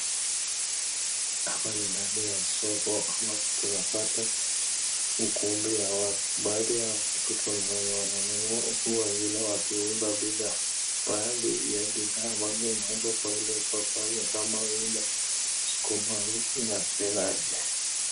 Hapa ni ndani ya soko ambapo tunapata ukumbi ya watu, baadhi ya watu kuna wenye wananunua huku wengine wakiuza bidhaa, baadhi ya bidhaa ambazo zinauzwa kwa hili soko ni kama vile sukuma wiki na spinach.